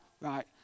right